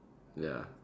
ya